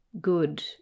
good